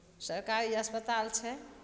सरकारी अस्पताल छै